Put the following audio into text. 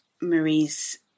Marie's